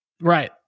Right